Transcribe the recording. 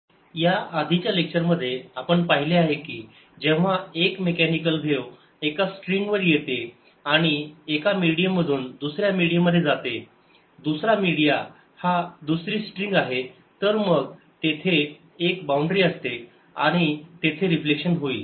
reflection of waves at a boundary II electromagnetic waves reflecting from a dielectric surface याआधीच्या लेक्चरमध्ये आपण पाहिले की जेव्हा एक मेकॅनिकल व्हेव एका स्ट्रिंग वर येते आणि एका मिडीयम मधून दुसऱ्या मीडियम मध्ये जाते दुसरा मीडिया हा दुसरी स्ट्रिंग आहे तर मग तेथे एक बाउंड्री असते आणि तेथे रिफ्लेक्शन होईल